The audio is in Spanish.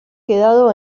quedado